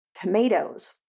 Tomatoes